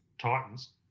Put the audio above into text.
Titans